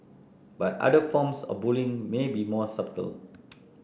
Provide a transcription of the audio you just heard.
but other forms of bullying may be more subtle